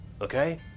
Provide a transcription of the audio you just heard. Okay